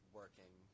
working